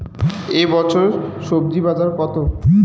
এ বছর স্বজি বাজার কত?